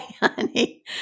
honey